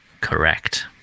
correct